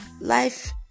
life